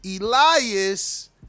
Elias